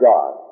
God